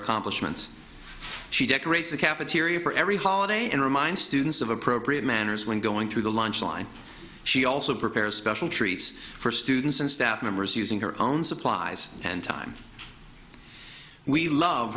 accomplishments she decorates the cafeteria for every holiday and remind students of appropriate manners when going through the lunch line she also prepares special treats for students and staff members using her own supplies and time we love